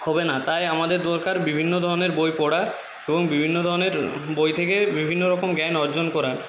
হবে না তাই আমাদের দরকার বিভিন্ন ধরনের বই পড়ার এবং বিভিন্ন ধরনের বই থেকে বিভিন্ন রকম জ্ঞান অর্জন করা